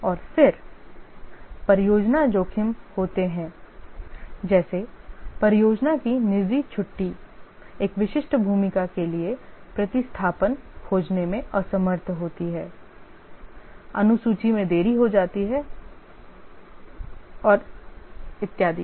और फिर परियोजना जोखिम होते हैं जैसे परियोजना की निजी छुट्टी एक विशिष्ट भूमिका के लिए प्रतिस्थापन खोजने में असमर्थ होती है अनुसूची में देरी हो जाती है और इत्यादि